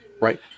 right